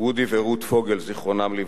אודי ורות פוגל ז"ל,